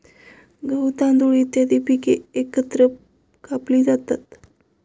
गहू, तांदूळ इत्यादी पिके एकत्र कापली जातात